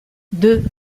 deux